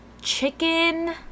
chicken